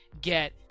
get